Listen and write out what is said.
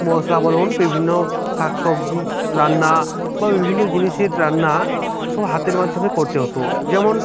মশলা বলুন বিভিন্ন শাক সবজি রান্না বা বিভিন্ন জিনিসের রান্না সব হাতের মাধ্যেম করতে হতো যেমন